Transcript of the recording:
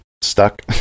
stuck